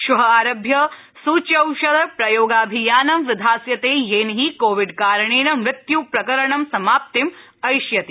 श्व आरभ्य सूच्यौषध प्रयोगाभियानं विधास्यते येन हि कोविड कारणेन मृत्युप्रकरणं समाप्तिं ऐष्यति